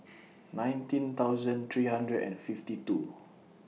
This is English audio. nineteen thousand three hundred and fifty two